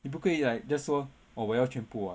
你不可以 like just 说 orh 我要全部 what